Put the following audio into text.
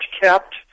kept